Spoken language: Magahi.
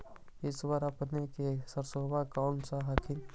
इस बार अपने के सरसोबा कैसन हकन?